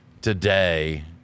today